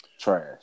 trash